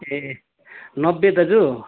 ए नब्बे दाजु